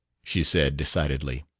she said decidedly.